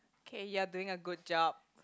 okay you are doing a good job